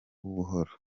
buhoro